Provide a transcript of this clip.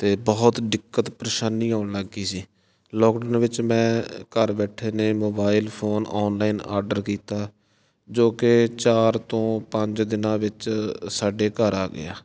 ਅਤੇ ਬਹੁਤ ਦਿੱਕਤ ਪਰੇਸ਼ਾਨੀ ਆਉਣ ਲੱਗ ਗਈ ਸੀ ਲੋਕਡਾਊਨ ਵਿੱਚ ਮੈਂ ਘਰ ਬੈਠੇ ਨੇ ਮੋਬਾਈਲ ਫੋਨ ਔਨਲਾਈਨ ਆਡਰ ਕੀਤਾ ਜੋ ਕਿ ਚਾਰ ਤੋਂ ਪੰਜ ਦਿਨਾਂ ਵਿੱਚ ਸਾਡੇ ਘਰ ਆ ਗਿਆ